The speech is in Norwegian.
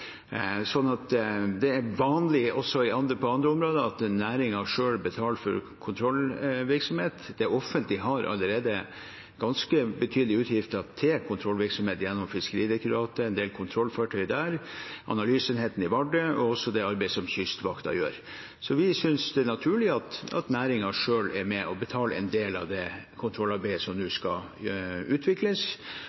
Også på andre områder er det vanlig at næringen selv betaler for kontrollvirksomhet. Det offentlige har allerede ganske betydelige utgifter til kontrollvirksomhet gjennom en del kontrollfartøyer i Fiskeridirektoratet, analyseenheten i Vardø og det arbeidet som Kystvakten gjør. Så vi synes det er naturlig at næringen selv er med og betaler en del av det kontrollarbeidet som nå